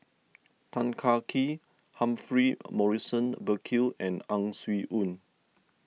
Tan Kah Kee Humphrey Morrison Burkill and Ang Swee Aun